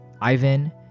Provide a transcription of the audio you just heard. Ivan